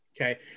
okay